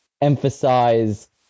emphasize